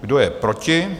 Kdo je proti?